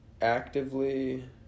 actively